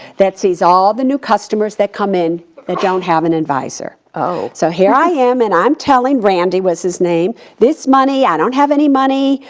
that sees all the new customers that come in that don't have an advisor. oh. so here i am, and i'm telling, randy was his name, this money, i don't have any money,